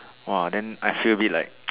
!wah! then I feel a bit like